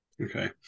okay